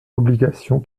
obligation